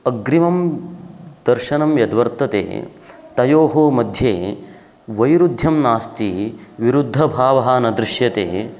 अग्रिमं दर्शनं यद्वर्तते तयोः मध्ये वैरुद्ध्यं नास्ति विरुद्धभावः न दृश्यते